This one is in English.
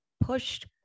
pushed